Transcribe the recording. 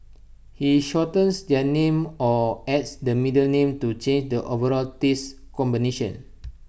he shortens their names or adds the middle name to change the overall taste combination